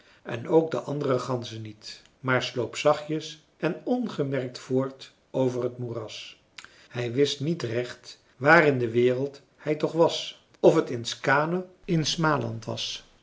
en ook de andere ganzen niet maar sloop zachtjes en ongemerkt voort over t moeras hij wist niet recht waar in de wereld hij toch was of het in skaane